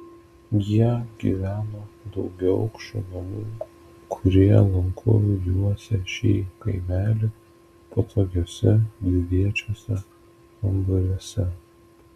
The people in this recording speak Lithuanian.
jie gyveno daugiaaukščių namų kurie lanku juosė šį kaimelį patogiuose dviviečiuose kambariuose